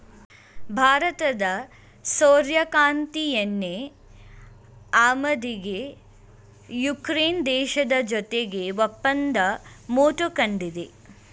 ಭಾರತದ ಸೂರ್ಯಕಾಂತಿ ಎಣ್ಣೆ ಆಮದಿಗೆ ಉಕ್ರೇನ್ ದೇಶದ ಜೊತೆಗೆ ಒಪ್ಪಂದ ಮಾಡ್ಕೊಂಡಿದೆ